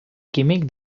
químic